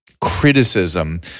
criticism